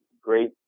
great